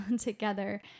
together